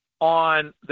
on –